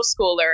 schooler